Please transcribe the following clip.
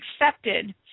accepted